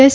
S